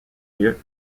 lieu